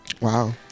Wow